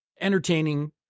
entertaining